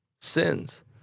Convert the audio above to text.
sins